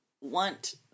want